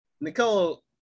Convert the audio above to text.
Nicole